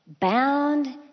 bound